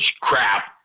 crap